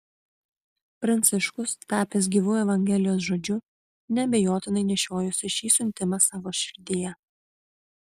pranciškus tapęs gyvu evangelijos žodžiu neabejotinai nešiojosi šį siuntimą savo širdyje